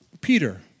Peter